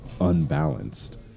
unbalanced